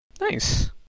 Nice